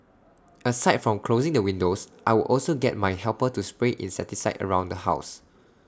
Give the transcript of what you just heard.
aside from closing the windows I would also get my helper to spray insecticide around the house